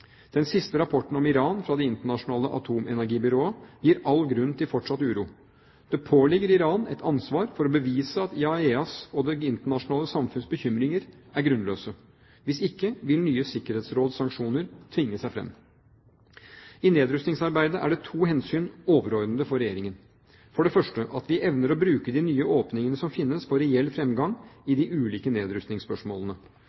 Den siste rapporten om Iran fra Det internasjonale atomenergibyrå gir all grunn til fortsatt uro. Det påligger Iran et ansvar for å bevise at IAEAs og det internasjonale samfunns bekymringer er grunnløse. Hvis ikke vil nye sikkerhetsrådssanksjoner tvinge seg fram. I nedrustningsarbeidet er to hensyn overordnede for Regjeringen: for det første at vi evner å bruke de nye åpningene som finnes for reell fremgang